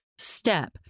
step